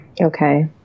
Okay